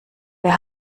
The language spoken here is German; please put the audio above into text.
wer